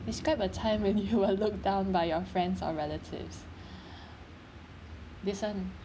describe a time when you were looked down by your friends or relatives this [one]